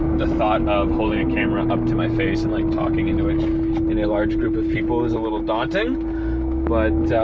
the thought of holding a camera up to my face and like talking into it in a large group of people is a little daunting but